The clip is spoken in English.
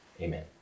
Amen